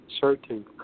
certain